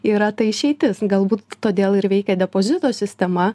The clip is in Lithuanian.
yra ta išeitis galbūt todėl ir veikia depozito sistema